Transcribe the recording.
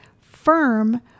firm